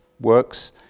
works